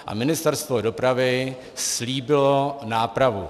A Ministerstvo dopravy slíbilo nápravu.